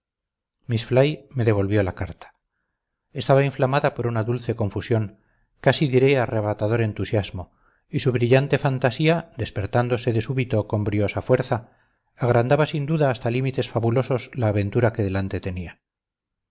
fly me devolvió la carta estaba inflamada por una dulce confusión casi diré arrebatador entusiasmo y su brillante fantasía despertándose de súbito con briosa fuerza agrandaba sin duda hasta límites fabulosos la aventura que delante tenía